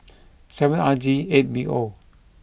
seven R G eight B O